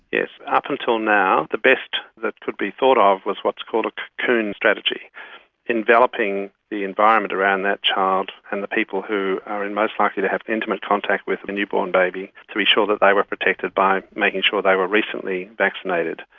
up until now the best that could be thought of was what's called a cocoon strategy enveloping the environment around that child and the people who are most likely to have intimate contact with a newborn baby to be sure that they were protected by making sure they were recently vaccinated,